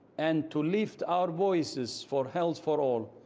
and to lift our voices for health for all,